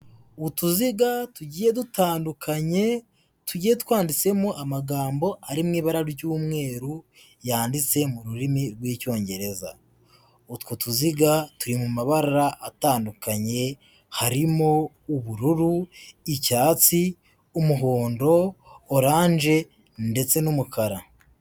Utuziga tugiye dutandukanye, tugiye twanditsemo amagambo ari mu ibara ry'umweru, yanditse mu rurimi rw'Icyongereza. Utwo tuziga turi mu mabara atandukanye harimo ubururu, icyatsi, umuhondo, oranje ndetse n'umukara.